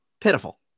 Pitiful